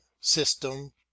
system